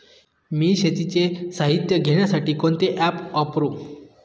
मी शेतीचे साहित्य घेण्यासाठी कोणते ॲप वापरु?